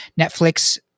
Netflix